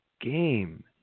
game